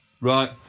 Right